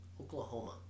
Oklahoma